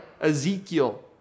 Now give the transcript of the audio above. Ezekiel